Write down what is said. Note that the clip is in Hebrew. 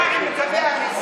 מה עם צווי ההריסה